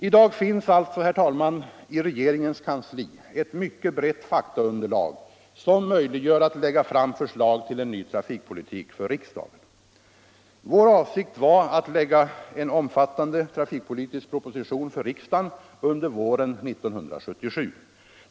I dag finns alltså, herr talman, i regeringens kansli ett mycket brett faktaunderlag, som möjliggör att lägga fram förslag till en ny trafikpolitik för riksdagen. Vår avsikt var att lägga en omfattande trafikpolitisk proposition för riksdagen under våren 1977.